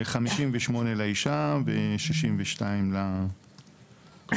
58 לאישה ו-62 לגבר.